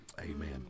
Amen